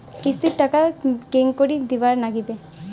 কিস্তির টাকা কেঙ্গকরি দিবার নাগীবে?